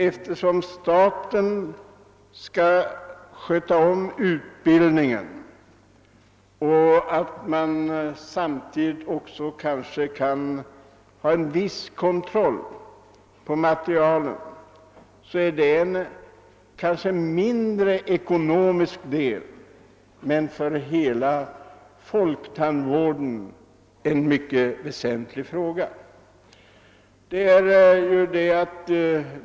Eftersom staten skall sköta om utbildningen och det samtidigt också skall vara en viss kontroll på materialet blir det hela kanske mindre ekonomiskt. Frågan är dock mycket väsentlig för hela folktandvården.